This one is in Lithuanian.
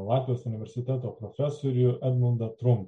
latvijos universiteto profesorių edmundą trumpą